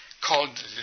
called